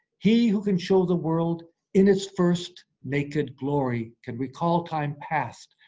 he who can show the world in its first naked glory, can recall time past,